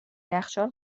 یخچال